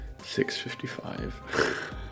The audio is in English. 6.55